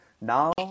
now